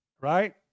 right